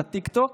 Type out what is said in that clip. לטיק טוק.